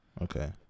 Okay